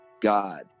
God